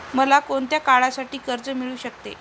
मला कोणत्या काळासाठी कर्ज मिळू शकते?